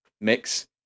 mix